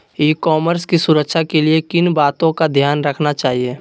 ई commerce की सुरक्षा के लिए किन बातों का ध्यान रखना चाहिए?